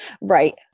Right